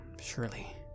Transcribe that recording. surely